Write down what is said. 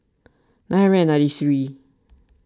nine hundred and ninety three